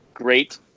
Great